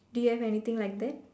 do you have anything like that